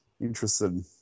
interested